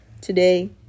today